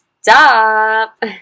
stop